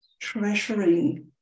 treasuring